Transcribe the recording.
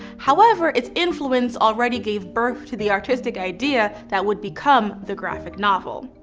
however, it's influence already gave birth to the artistic idea that would become the graphic novel.